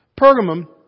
Pergamum